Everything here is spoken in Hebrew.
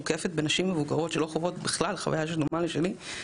מוקפת בנשים מבוגרות שלא חוות בכלל חוויה דומה לשלי,